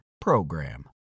PROGRAM